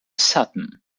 sutton